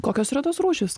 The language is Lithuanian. kokios yra tos rūšys kam